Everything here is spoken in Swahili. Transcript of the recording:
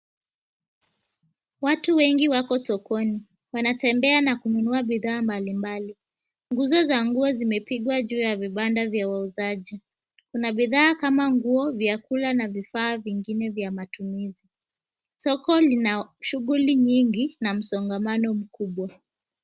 Watu wengi wako sokoni, wanatembea na kununua bidhaa mbalimbali. Nguzo za nguo zimepigwa juu ya vibanda vya wauzaji. Kuna bidhaa kama nguo, vyakula na vifaa vingine vya matumizi. Soko lina shughuli nyingi na msongamano mkubwa.